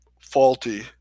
faulty